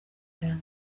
temple